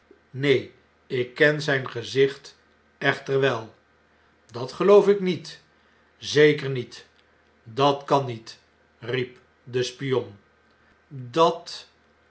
neen ik ken zijn gezicht echter wel dat geloof ik niet zeker niet dat kan niet riep de spion dat